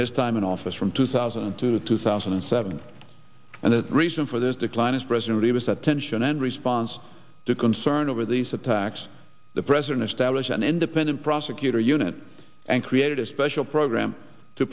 his time in office from two thousand to two thousand and seven and the reason for this decline is presently was that tension and response to concern over these attacks the president stablish an independent prosecutor unit and created a special program to